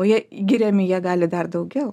o jie giriami jie gali dar daugiau